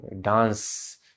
dance